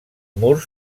murs